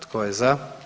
Tko je za?